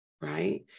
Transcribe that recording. right